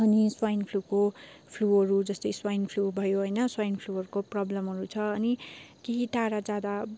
अनि स्वाइन फ्लूको फ्लूहरू जस्तै स्वाइन फ्लू भयो होइन स्वाइन फ्लूहरूको प्रब्लमहरू छ अनि केही टाढा जाँदा